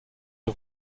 est